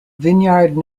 vineyard